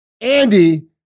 Andy